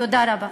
תודה רבה.